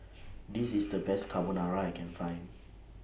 This IS The Best Carbonara I Can Find